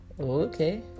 okay